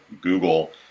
Google